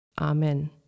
Amen